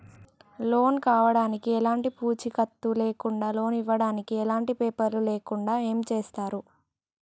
Loan కావడానికి ఎలాంటి పూచీకత్తు లేకుండా లోన్ ఇవ్వడానికి ఎలాంటి పేపర్లు లేకుండా ఏం చేస్తారు?